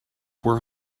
were